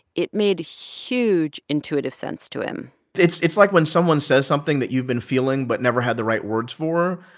it made huge intuitive sense to him it's it's like when someone says something that you've been feeling but never had the right words for.